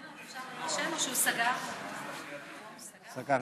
תודה